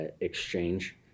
exchange